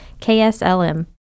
KSLM